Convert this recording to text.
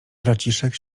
braciszek